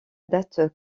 date